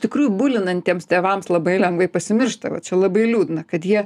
tikrųjų bulinantiems tėvams labai lengvai pasimiršta va čia labai liūdna kad jie